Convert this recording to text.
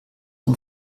den